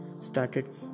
started